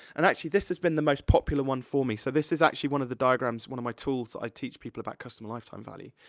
and actually, this has been the most popular one for me, so this is actually one of the diagrams, one of my tools i teach people about customer lifetime value.